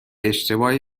اشتباه